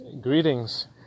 Greetings